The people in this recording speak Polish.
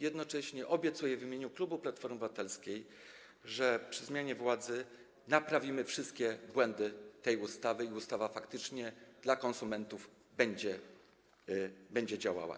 Jednocześnie obiecuję w imieniu klubu Platformy Obywatelskiej, że po zmianie władzy naprawimy wszystkie błędy w tej ustawie i ustawa faktycznie dla konsumentów będzie działała.